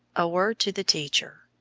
a word to the teacher.